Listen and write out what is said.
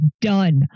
done